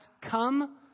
Come